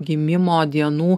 gimimo dienų